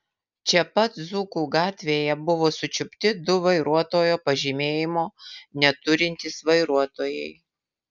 čia pat dzūkų gatvėje buvo sučiupti du vairuotojo pažymėjimo neturintys vairuotojai